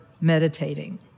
meditating